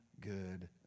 good